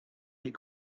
des